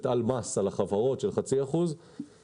על מס של חצי אחוז שיוטל על החברות.